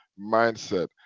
mindset